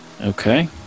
Okay